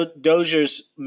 Dozier's